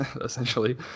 essentially